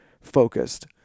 focused